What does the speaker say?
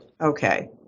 Okay